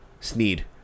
Sneed